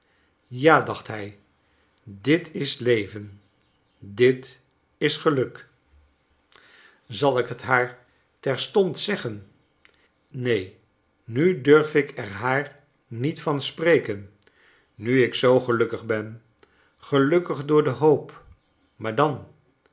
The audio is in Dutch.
ja dacht hij dit is leven dit is geluk zal ik het haar terstond zeggen neen nu durf ik er haar niet van spreken nu ik zoo gelukkig ben gelukkig door de hoop maar dan